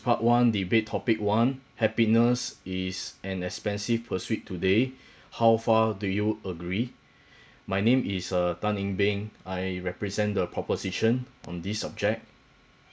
part one debate topic one happiness is an expensive pursuit today how far do you agree my name is uh tan eng beng I represent the proposition on this subject